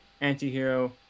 anti-hero